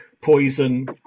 poison